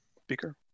speaker